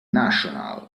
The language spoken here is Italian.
nacional